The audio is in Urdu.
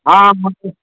ہاں اوکے